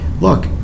look